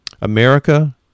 America